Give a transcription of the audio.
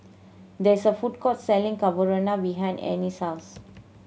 there is a food court selling Carbonara behind Anais' house